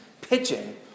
pitching